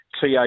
TA